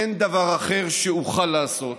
אין דבר אחר שאוכל לעשות,